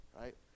Right